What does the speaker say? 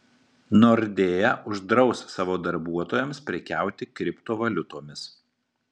nordea uždraus savo darbuotojams prekiauti kriptovaliutomis